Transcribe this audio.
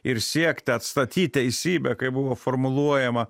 ir siekt atstatyt teisybę kaip buvo formuluojama